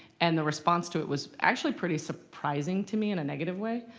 and the response to it was actually pretty surprising to me in a negative way.